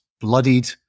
bloodied